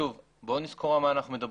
שוב, בואו נזכור על מה אנחנו מדברים.